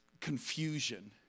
confusion